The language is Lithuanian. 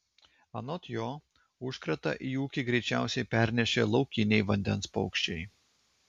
anot jo užkratą į ūkį greičiausiai pernešė laukiniai vandens paukščiai